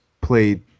played